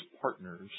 partners